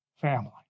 family